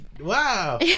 Wow